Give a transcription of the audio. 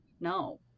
no